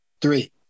Three